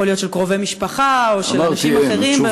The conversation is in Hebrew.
יכול להיות של קרובי משפחה או של אנשים אחרים,